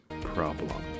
problem